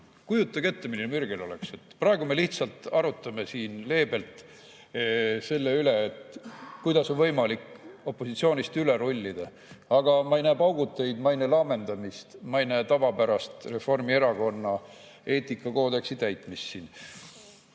Kujutage ette, milline mürgel oleks! Praegu me lihtsalt arutame siin leebelt selle üle, kuidas oli võimalik opositsioonist üle rullida. Aga ma ei näe pauguteid, ma ei näe laamendamist. Ma ei näe siin tavapärast Reformierakonna eetikakoodeksi täitmist.